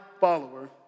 follower